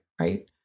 Right